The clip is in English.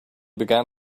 began